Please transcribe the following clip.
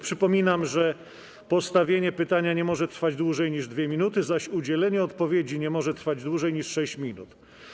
Przypominam, że postawienie pytania nie może trwać dłużej niż 2 minuty, zaś udzielenie odpowiedzi nie może trwać dłużej niż 6 minut.